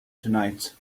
tonight